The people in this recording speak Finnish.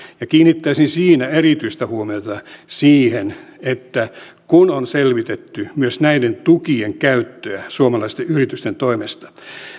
kiinnittäisin siinä erityistä huomiota siihen että kun on selvitetty myös näiden tukien käyttöä suomalaisten yritysten toimesta